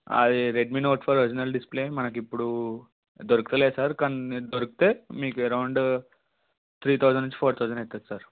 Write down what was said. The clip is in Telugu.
అది Redmi note four original display మనకిప్పుడు దొరక లేదు సార్ కాని నేను దొరికితే మీకు అరౌండు త్రీ థౌజండ్ నుంచి ఫోర్ థౌజండ్ అవుతుంది సార్